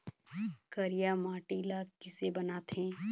करिया माटी ला किसे बनाथे?